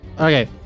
Okay